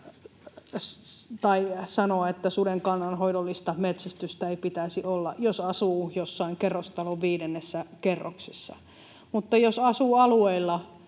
tai sanoa, että suden kannanhoidollista metsästystä ei pitäisi olla, jos asuu jossain kerrostalon viidennessä kerroksessa. Mutta jos asuu alueilla,